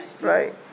Right